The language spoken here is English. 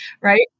right